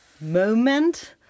moment